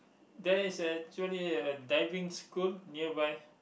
there is actually a diving scoot nearby